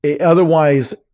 Otherwise